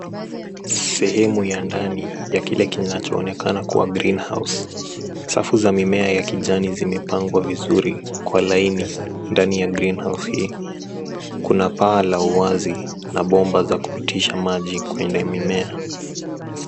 Sehemu ya ndani ya kile kinachoonekana kuwa cs[greenhouse]. Safu za mimea ya kijani zimepangwa vizuri kwa laini ndani ya cs[greenhouse]cs hii. Kuna paa la uwazi na bomba za kupitisha maji kuendea mimea.